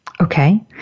Okay